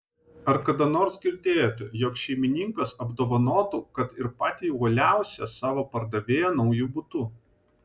ar kada nors girdėjote jog šeimininkas apdovanotų kad ir patį uoliausią savo pardavėją nauju butu